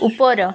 ଉପର